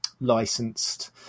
licensed